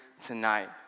tonight